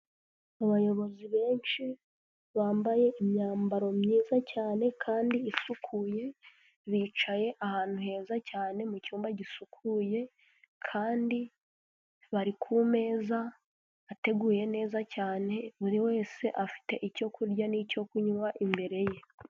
Abayobozi benshi bambaye imyambaro myiza cyane kandi isukuye, bicaye ahantu heza cyane mucmba gisukuye kandi bari kumeza ateguye neza cyane, buri wese afite icyo kurya n'icyo kunywa imbere ye.